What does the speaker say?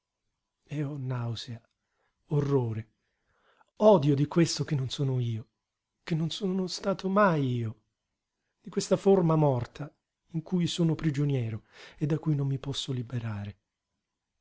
mai e ho nausea orrore odio di questo che non sono io che non sono stato mai io di questa forma morta in cui sono prigioniero e da cui non mi posso liberare